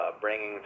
bringing